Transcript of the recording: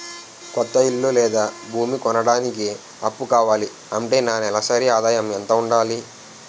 కొత్త ఇల్లు లేదా భూమి కొనడానికి అప్పు కావాలి అంటే నా నెలసరి ఆదాయం ఎంత ఉండాలి?